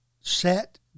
set